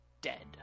dead